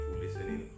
listening